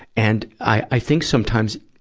and, i think sometimes,